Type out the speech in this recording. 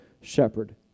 shepherd